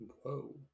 Whoa